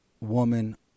woman